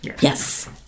Yes